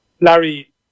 Larry